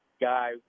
guy